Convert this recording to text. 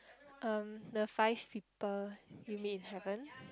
um the five people you meet in heaven